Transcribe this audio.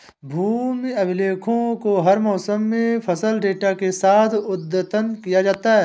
भूमि अभिलेखों को हर मौसम में फसल डेटा के साथ अद्यतन किया जाता है